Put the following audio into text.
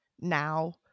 now